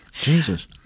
Jesus